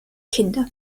kinder